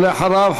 אחריו,